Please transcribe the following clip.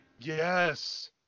Yes